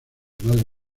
madre